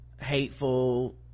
hateful